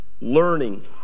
Learning